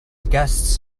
guests